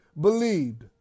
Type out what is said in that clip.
believed